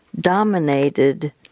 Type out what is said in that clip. dominated